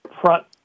front